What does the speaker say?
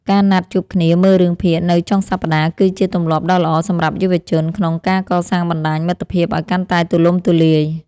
ការណាត់ជួបគ្នាមើលរឿងភាគនៅចុងសប្តាហ៍គឺជាទម្លាប់ដ៏ល្អសម្រាប់យុវជនក្នុងការកសាងបណ្ដាញមិត្តភាពឱ្យកាន់តែទូលំទូលាយ។